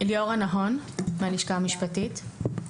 נהון, מהלשכה המשפטית.